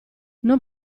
non